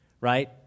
right